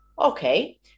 okay